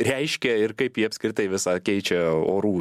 reiškia ir kaip jie apskritai visą keičia orų